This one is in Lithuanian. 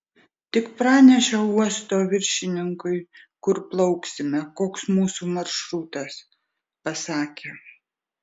tik pranešiau uosto viršininkui kur plauksime koks mūsų maršrutas pasakė